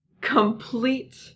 complete